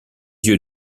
yeux